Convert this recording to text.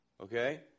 Okay